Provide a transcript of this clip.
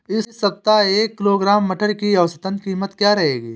इस सप्ताह एक किलोग्राम मटर की औसतन कीमत क्या रहेगी?